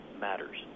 matters